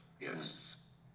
Yes